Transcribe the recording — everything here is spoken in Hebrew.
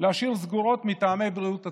להשאיר סגורות מטעמי בריאות הציבור.